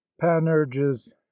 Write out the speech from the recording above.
panurge's